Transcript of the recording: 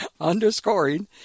underscoring